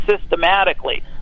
systematically